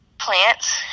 plants